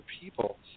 people